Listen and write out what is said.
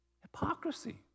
Hypocrisy